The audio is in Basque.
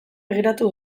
begiratu